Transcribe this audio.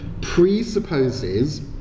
presupposes